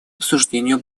обсуждению